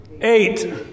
Eight